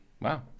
Wow